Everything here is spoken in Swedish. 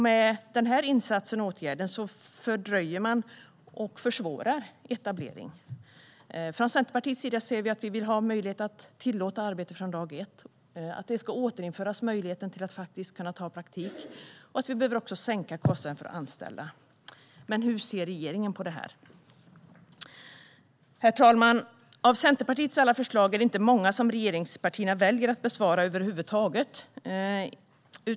Med den här insatsen och åtgärden fördröjer man och försvårar etablering. Från Centerpartiets sida säger vi att vi vill ha möjlighet att tillåta arbete från dag ett. Möjligheten till praktik ska återinföras. Vi behöver också sänka kostnaden för att anställa. Hur ser regeringen på detta? Herr talman! Av Centerpartiets alla förslag är det inte många som regeringspartierna väljer att besvara över huvud taget.